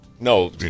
No